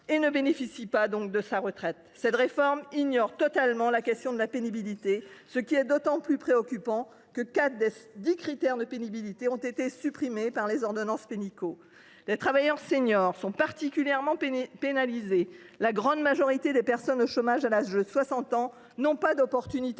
et ne perçoivent donc pas leur retraite. Cette réforme fait abstraction de la question de la pénibilité, ce qui est d’autant plus préoccupant que quatre des dix critères de pénibilité ont été supprimés par les ordonnances Travail de Muriel Pénicaud. Les travailleurs seniors sont particulièrement pénalisés, la grande majorité des personnes au chômage à l’âge de 60 ans n’ayant pas l’occasion